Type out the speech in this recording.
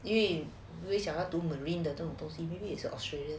因为不会想到 to marine 的这种 you maybe you should go to australia